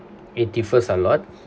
it differs a lot